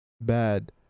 bad